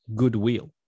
goodwill